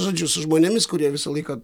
žodžiu su žmonėmis kurie visą laiką